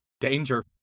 Danger